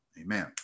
amen